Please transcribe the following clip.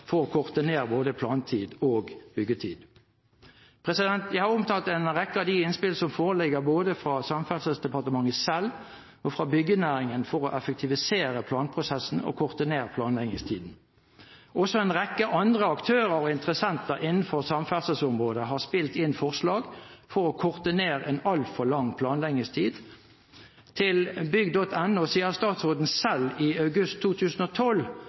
for å korte ned både planleggingstid og byggetid. Jeg har omtalt en rekke av de innspillene som foreligger fra både Samferdselsdepartementet selv og byggenæringen for å effektivisere planprosessene og korte ned planleggingstiden. Også en rekke andre aktører og interessenter innenfor samferdselsområdet har spilt inn forslag for å korte ned en altfor lang planleggingstid. Til bygg.no sier statsråden selv i august 2012